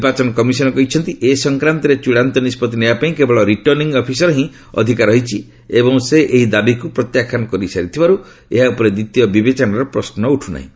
ନିର୍ବାଚନ କମିଶନ୍ କହିଛନ୍ତି ଏ ସଂକ୍ରାନ୍ତରେ ଚୂଡ଼ାନ୍ତ ନିଷ୍ପଭି ନେବା ପାଇଁ କେବଳ ରିଟର୍ଣ୍ଣିଂ ଅଫିସର୍ଙ୍କର ହିଁ ଅଧିକାର ରହିଛି ଏବଂ ସେ ଏହି ଦାବିକୁ ପ୍ରତ୍ୟାଖ୍ୟାନ କରିସାରିଥିବାରୁ ଏହା ଉପରେ ଦ୍ୱିତୀୟ ବିବେଚନାର ପ୍ରଶ୍ର ଉଠୁନାହିଁ